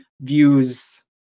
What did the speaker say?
views